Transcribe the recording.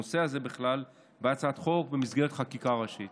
הנושא הזה בכלל, בהצעת חוק במסגרת חקיקה ראשית.